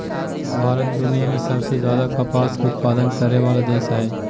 भारत दुनिया में सबसे ज्यादे कपास के उत्पादन करय वला देश हइ